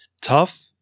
tough